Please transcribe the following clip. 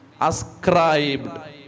ascribed